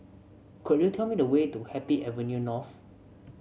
could you tell me the way to Happy Avenue North